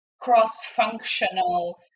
cross-functional